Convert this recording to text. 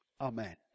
Amen